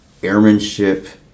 airmanship